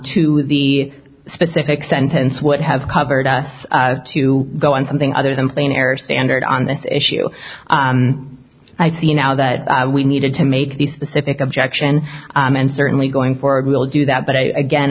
to the specific sentence would have covered us to go on something other than plain air standard on this issue i see now that we needed to make the specific objection and certainly going forward will do that but i again